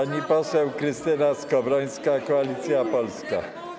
Pani poseł Krystyna Skowrońska, Koalicja Polska.